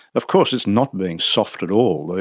of course it's not being soft at all.